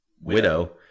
widow